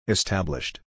Established